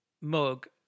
mug